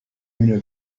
une